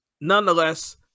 Nonetheless